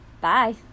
Bye